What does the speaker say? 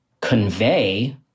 convey